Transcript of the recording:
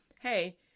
hey